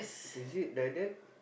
is it like that